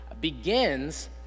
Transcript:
begins